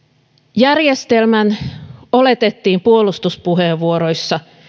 järjestelmän oletettiin puolustuspuheenvuoroissa